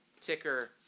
ticker